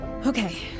Okay